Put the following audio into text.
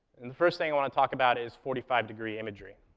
and the first thing i want to talk about is forty five degree imagery.